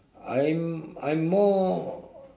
I'm I'm more